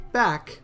back